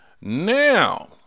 Now